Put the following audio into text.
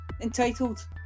Entitled